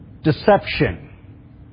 deception